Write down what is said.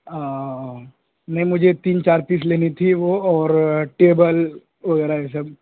او نہیں مجھے تین چار پیس لینی تھی وہ اور ٹیبل وغیرہ یہ سب